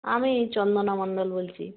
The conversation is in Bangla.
আমি চন্দনা মণ্ডল বলছি